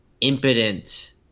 impotent